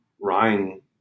Ryan